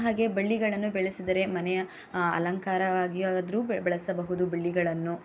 ಹಾಗೆ ಬೆಳ್ಳಿಗಳನ್ನು ಬೆಳೆಸಿದರೆ ಮನೆಯ ಅಲಂಕಾರವಾಗಿ ಅದ್ರೂ ಬೆಳಸಬಹುದು ಬೆಳ್ಳಿಗಳನ್ನು